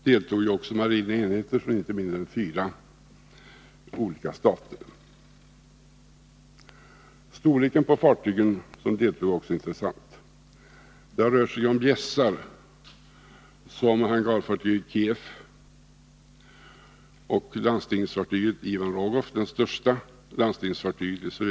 deltog också marina enheter från inte mindre än fyra olika stater. Storleken på de fartyg som deltog är också intressant. Det har rört sig om bjässar som hangarfartyget Kiev och igningsfartyget i ön. I landstig landstigningsfartyget Ivan Rogov.